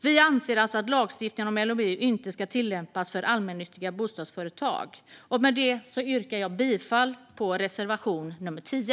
Vi anser alltså att LOU inte ska tillämpas för allmännyttiga bostadsföretag. Med detta yrkar jag bifall till reservation 10.